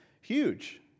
huge